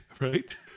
Right